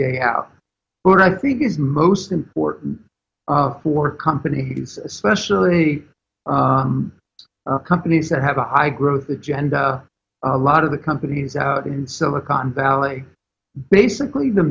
day out but i think it's most important for companies especially companies that have a high growth agenda a lot of the companies out in silicon valley basically the